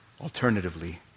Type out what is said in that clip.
alternatively